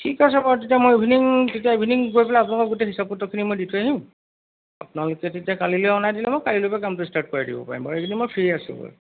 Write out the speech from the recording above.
ঠিক আছে বাৰু তেতিয়া মই ইভিনিং তেতিয়া ইভিনিং গৈ পেলাই আপোনালোকক হিচাপ পত্ৰখিনি মই দি থৈ আহিম আপোনালোকে তেতিয়া কালিলৈ অনা দিলে মই কালিলৈকে কামটো ষ্টাৰ্ট কৰাই দিব পাৰিম বাৰু এইখিদিন মই ফ্ৰী আছোঁ বাৰু